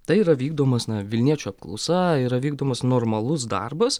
tai yra vykdomas na vilniečių apklausa yra vykdomas normalus darbas